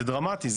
זה דרמטי,